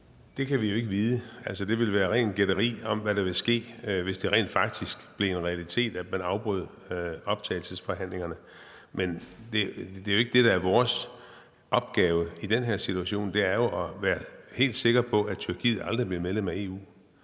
Det kan vi jo ikke vide. Altså, det ville være rent gætteri om, hvad der ville ske, hvis det rent faktisk blev en realitet, at man afbrød optagelsesforhandlingerne. Men det er jo ikke det, der er vores opgave i den her situation. Vores opgave er at være helt sikker på, at Tyrkiet aldrig bliver medlem af EU.